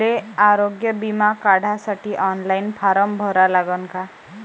मले आरोग्य बिमा काढासाठी ऑनलाईन फारम भरा लागन का?